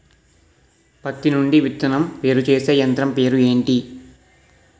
పత్తి నుండి విత్తనం వేరుచేసే యంత్రం పేరు ఏంటి